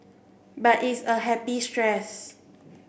but it's a happy stress